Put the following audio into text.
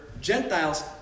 Gentiles